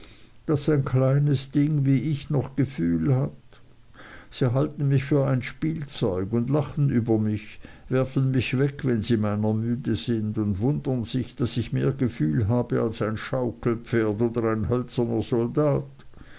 daß ein kleines ding wie ich noch gefühl hat sie halten mich für ein spielzeug und lachen über mich werfen mich weg wenn sie meiner müde sind und wundern sich daß ich mehr gefühl habe als ein schaukelpferd oder ein hölzerner soldat